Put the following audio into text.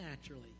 naturally